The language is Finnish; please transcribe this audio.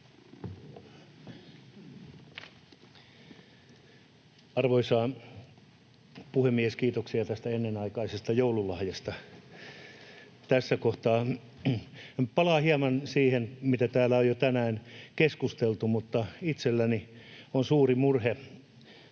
Arvoisa puhemies! Kiitoksia tästä ennenaikaisesta joululahjasta tässä kohtaa. — Palaan hieman siihen, mitä täällä on jo tänään keskusteltu, mutta itselläni on suuri murhe